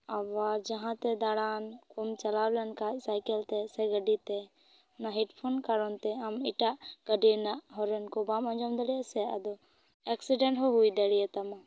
ᱟᱵᱟᱨ ᱡᱟᱦᱟᱸ ᱛᱮ ᱫᱟᱬᱟᱱ ᱠᱚᱢ ᱪᱟᱞᱟᱣ ᱞᱮᱱ ᱠᱷᱟᱡ ᱥᱟᱭᱠᱮᱞ ᱛᱮ ᱥᱮ ᱜᱟᱹᱰᱤ ᱛᱮ ᱚᱱᱟ ᱦᱮᱰᱯᱷᱳᱱ ᱠᱟᱨᱚᱱᱛᱮ ᱟᱢ ᱤᱴᱟᱜ ᱜᱟᱹᱰᱤ ᱠᱚ ᱨᱮᱱᱟ ᱦᱚᱨᱮᱱ ᱵᱟᱢ ᱟᱸᱡᱚᱢ ᱫᱟᱲᱮᱭᱟᱜᱼᱟ ᱥᱮ ᱟᱫᱚ ᱮᱠᱥᱤᱰᱮᱱᱴ ᱦᱚᱸ ᱦᱩᱭ ᱫᱟᱲᱮᱣ ᱟᱛᱟᱢᱟ